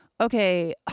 Okay